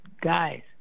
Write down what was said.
guys